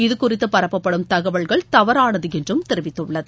இதுகுறித்து பரப்பப்படும் தகவல்கள் தவறானது என்றும் தெரிவித்துள்ளது